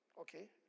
okay